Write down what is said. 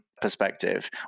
perspective